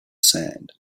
sand